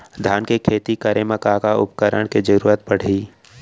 धान के खेती करे मा का का उपकरण के जरूरत पड़हि?